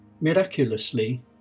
Miraculously